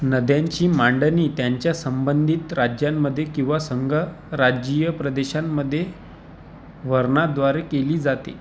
नद्यांची मांडणी त्यांच्या संबंधित राज्यांमध्ये किंवा संघराज्यीय प्रदेशांमध्ये वर्णाद्वारे केली जाते